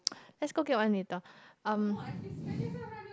let's go get one later um